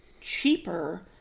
cheaper